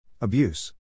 Abuse